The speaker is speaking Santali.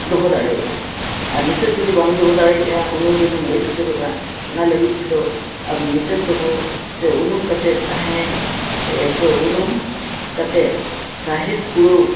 ᱫᱚᱦᱚ ᱫᱟᱲᱮᱭᱟᱜᱼᱟ ᱟᱨ ᱱᱤᱥᱥᱟᱥ ᱡᱩᱫᱤ ᱵᱟᱢ ᱫᱚᱦᱚ ᱫᱟᱲᱮᱭᱟᱜᱼᱟ ᱩᱱᱩᱢ ᱨᱮᱜᱮᱢ ᱜᱚᱡ ᱩᱛᱟᱹᱨᱚᱜᱼᱟ ᱚᱱᱟ ᱞᱟᱹᱜᱤᱫ ᱛᱮᱫᱚ ᱱᱤᱥᱥᱟᱥ ᱫᱚᱦᱚ ᱥᱮ ᱩᱱᱩᱢ ᱠᱟᱛᱮᱫ ᱛᱟᱦᱮᱸ ᱥᱮ ᱩᱱᱩᱢ ᱠᱟᱛᱮᱫ ᱥᱟᱦᱮᱫ ᱠᱩᱲᱟᱹᱣ